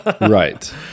right